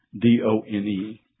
D-O-N-E